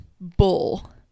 bull